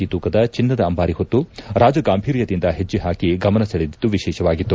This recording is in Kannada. ಜಿ ತೂಕದ ಚಿನ್ನದ ಅಂಬಾರಿ ಹೊತ್ತು ರಾಜಮಾರ್ಗದಲ್ಲಿ ರಾಜಗಾಂಭೀರ್ಯದಿಂದ ಹೆಜ್ಜೆ ಪಾಕಿ ಗಮನ ಸೆಳೆದಿದ್ದು ವಿಶೇಷವಾಗಿತ್ತು